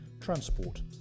transport